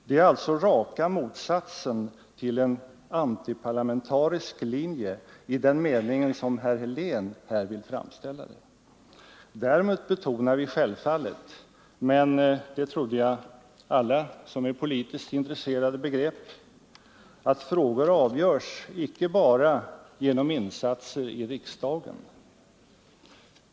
Det är alltså raka motsatsen till en antiparlamentarisk linje i den mening som herr Helén här vill göra gällande. Däremot betonar vi självfallet — men det trodde jag att alla som är politiskt intresserade begrep — att frågor avgörs icke bara genom insatser i riksdagen.